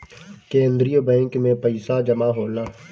केंद्रीय बैंक में पइसा जमा होला